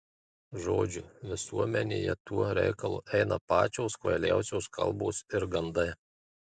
žodžiu visuomenėje tuo reikalu eina pačios kvailiausios kalbos ir gandai